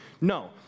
No